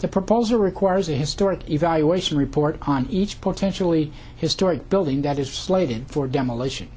the proposal requires a historic evaluation report on each potentially historic building that is slated for demolition